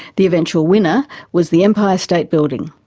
the eventual winner was the empire state building,